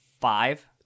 five